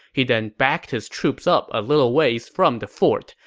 he then backed his troops up a little ways from the fort,